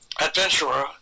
adventurer